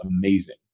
amazing